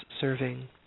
serving